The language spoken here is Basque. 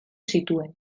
zituen